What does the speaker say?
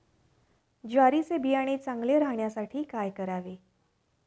ज्वारीचे बियाणे चांगले राहण्यासाठी काय करावे?